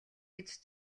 гэж